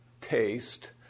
taste